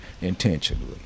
intentionally